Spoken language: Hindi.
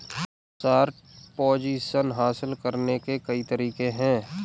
शॉर्ट पोजीशन हासिल करने के कई तरीके हैं